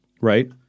right